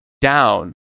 down